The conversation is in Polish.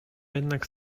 jednak